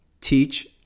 teach